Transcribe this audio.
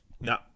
No